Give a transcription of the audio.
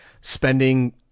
spending